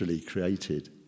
created